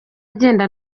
agenda